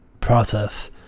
process